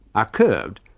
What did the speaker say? are curved,